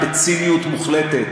בציניות מוחלטת,